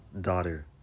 daughter